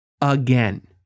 again